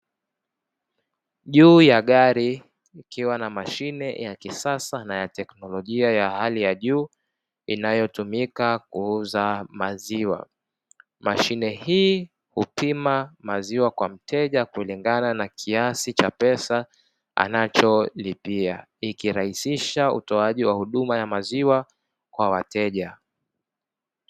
Juu ya gari kukiwa na mashine ya kisasa na ya teknolojia ya hali ya juu inayotumika kuuza maziwa, mashine hii hupima maziwa kwa mteja kulingana na kiasi cha pesa anacholipia ikirahisisha utoaji wa huduma ya maziwa kwa wateja.